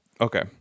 Okay